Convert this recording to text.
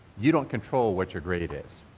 you don't control what your grade is.